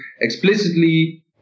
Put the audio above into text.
explicitly